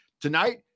Tonight